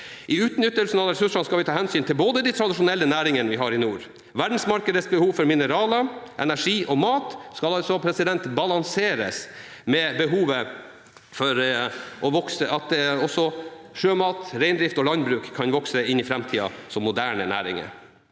I utnyttelsen av ressursene skal vi ta hensyn til de tradisjonelle næringene vi har i nord. Verdensmarkedenes behov for mineraler, energi og mat skal balanseres med behovet for at også sjømat, reindrift og landbruk kan vokse som moderne næringer